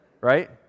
right